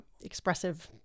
expressive